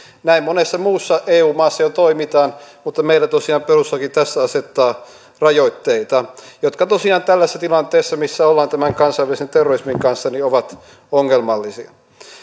näin monessa muussa eu maassa jo toimitaan mutta meillä tosiaan perustuslaki tässä asettaa rajoitteita jotka tällaisessa tilanteessa missä ollaan tämän kansainvälisen terrorismin kanssa tekemisissä ovat ongelmallisia